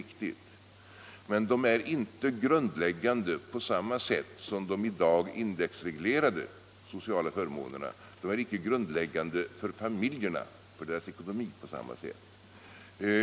Men de är inte grundläggande på samma sätt som de i dag indexreglerade sociala förmånerna är för familjernas ekonomi.